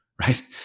right